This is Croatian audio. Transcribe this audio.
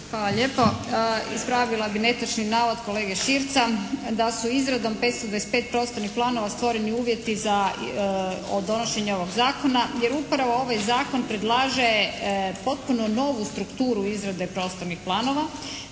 Hvala lijepo. Ispravila bih netočni navod kolege Širca, da su izradom 525 prostornih planova stvoreni uvjeti za donošenje ovog zakona, jer upravo ovaj zakon predlaže potpuno novu strukturu izrade prostornih planova